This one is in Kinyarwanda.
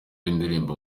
y’indirimbo